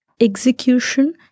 execution